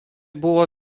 buvo